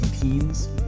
Teens